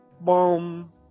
Boom